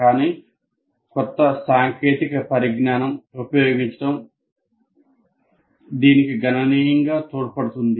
కానీ కొంత సాంకేతిక పరిజ్ఞానం ఉపయోగించడం దీనికి గణనీయంగా తోడ్పడుతుంది